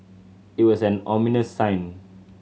it was an ominous sign